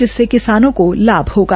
जिससे किसानों को लाभ होगा